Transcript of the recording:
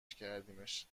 کردیمش